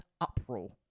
uproar